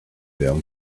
them